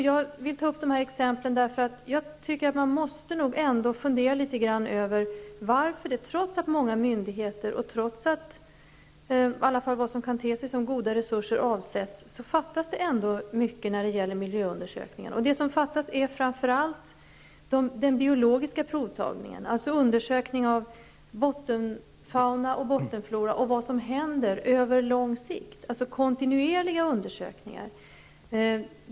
Jag vill ta upp dessa exempel på grund av att jag anser att man ändå måste fundera över varför det saknas mycket när det gäller miljöundersökningar trots att många myndigheter gör insatser och trots att vad som i alla fall kan synas vara goda resurser avsätts. Det som saknas är framför allt den biologiska provtagningen, en undersökning av bottenfauna och bottenflora och av vad som händer på lång sikt, dvs. kontinuerliga undersökningar.